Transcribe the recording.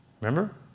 Remember